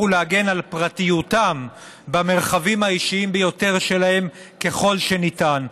ולהגן על פרטיותם במרחבים האישיים ביותר שלהם ככל שניתן.